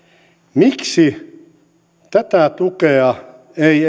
miksi tätä tukea ei